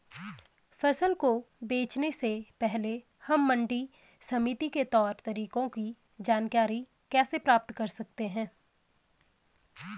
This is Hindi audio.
फसल को बेचने से पहले हम मंडी समिति के तौर तरीकों की जानकारी कैसे प्राप्त करें?